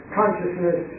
consciousness